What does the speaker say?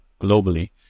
globally